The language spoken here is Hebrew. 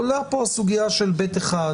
עולה פה הסוגיה של ב1,